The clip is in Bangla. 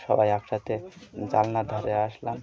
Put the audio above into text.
সবাই একসাথে জালনার ধারে আসলাম